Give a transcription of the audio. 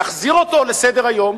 נחזיר אותו לסדר-היום,